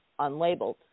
unlabeled